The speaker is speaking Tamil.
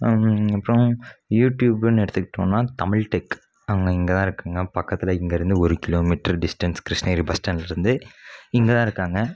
அப்புறோம் யூட்யூப்ன்னு எடுத்துக்கிட்டோன்னா தமிழ் டெக் அவங்க இங்கே தான் இருக்காங்க பக்கத்தில் இங்கேருந்து ஒரு கிலோமீட்டர் டிஸ்ட்டன்ஸ் கிருஷ்ணகிரி பஸ் ஸ்டான்ட்லேந்து இங்கேதாருக்காங்க